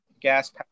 gas